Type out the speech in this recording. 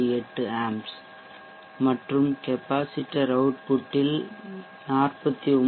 8 amps மற்றும் capacitor output இல் 49